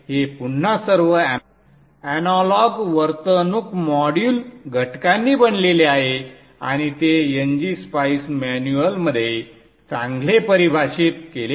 हे पुन्हा सर्व एनालॉग वर्तणूक मॉड्यूल घटकांनी बनलेले आहे आणि ते ngSpice मॅन्युअलमध्ये चांगले परिभाषित केले आहेत